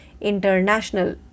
International